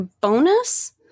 bonus